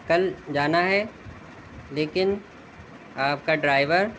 کل جانا ہے لیکن آپ کا ڈرائیور